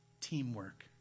teamwork